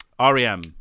REM